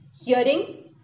hearing